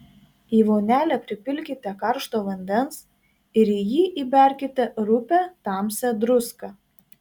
į vonelę pripilkite karšto vandens ir į jį įberkite rupią tamsią druską